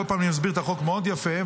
כל פעם אני מסביר את החוק מאוד יפה,